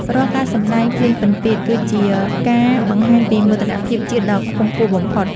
រាល់ការសម្ដែងភ្លេងពិណពាទ្យ គឺជាការបង្ហាញពីមោទនភាពជាតិដ៏ខ្ពង់ខ្ពស់បំផុត។